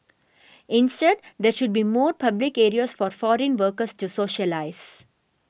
instead there should be more public areas for foreign workers to socialise